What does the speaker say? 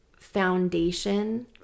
foundation